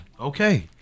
Okay